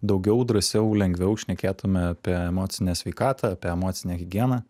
daugiau drąsiau lengviau šnekėtume apie emocinę sveikatą apie emocinę higieną